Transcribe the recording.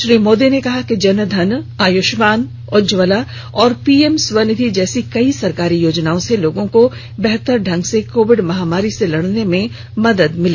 श्री मोदी ने कहा कि जन धन आयुष्मान उज्ज्वला और पीएम स्वनिधि जैसी कई सरकारी योजनाओं से लोगों को बेहतर ढंग से कोविड महामारी से लड़ने में मदद मिली है